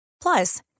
Plus